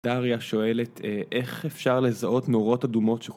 דריה שואלת, איך אפשר לזהות נורות אדומות ש